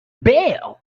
bail